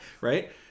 right